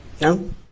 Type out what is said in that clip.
No